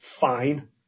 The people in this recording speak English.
Fine